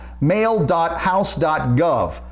mail.house.gov